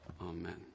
Amen